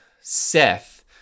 seth